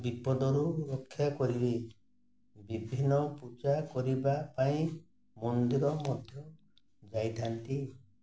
ବିପଦରୁ ରକ୍ଷା କରିବେ ବିଭିନ୍ନ ପୂଜା କରିବା ପାଇଁ ମନ୍ଦିର ମଧ୍ୟ ଯାଇଥାନ୍ତି